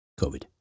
covid